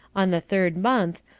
on the third month,